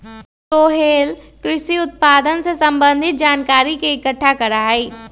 सोहेल कृषि उत्पादन से संबंधित जानकारी के इकट्ठा करा हई